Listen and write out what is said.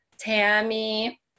Tammy